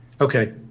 Okay